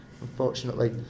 Unfortunately